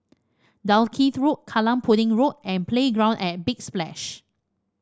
Dalkeith Road Kallang Pudding Road and Playground at Big Splash